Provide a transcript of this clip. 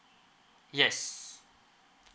yes